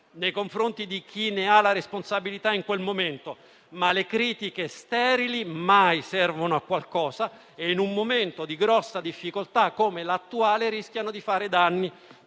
nei confronti di chi ne ha la responsabilità in quel momento, ma le critiche sterili mai servono a qualcosa e, in un momento di grande difficoltà come l'attuale, rischiano di fare danni.